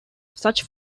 such